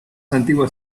antiguas